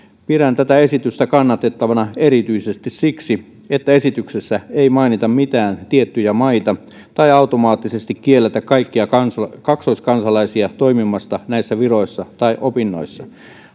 pidän tätä esitystä kannatettavana erityisesti siksi että esityksessä ei mainita mitään tiettyjä maita tai automaattisesti kielletä kaikkia kaksoiskansalaisia toimimasta näissä viroissa tai opinnoissa